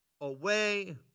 away